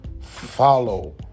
follow